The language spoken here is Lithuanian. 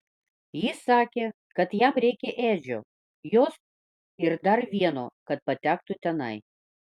jis sakė kad jam reikia edžio jos ir dar vieno kad patektų tenai